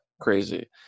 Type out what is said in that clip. crazy